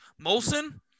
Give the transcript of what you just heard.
Molson